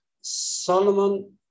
Solomon